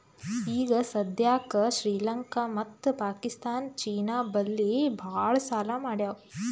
ಈಗ ಸದ್ಯಾಕ್ ಶ್ರೀಲಂಕಾ ಮತ್ತ ಪಾಕಿಸ್ತಾನ್ ಚೀನಾ ಬಲ್ಲಿ ಭಾಳ್ ಸಾಲಾ ಮಾಡ್ಯಾವ್